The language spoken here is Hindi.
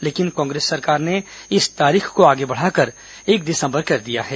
लेकिन कांग्रेस सरकार ने इस तारीख को आगे बढ़ाकर एक दिसंबर कर दिया है